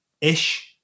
ish